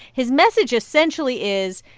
his message, essentially, is,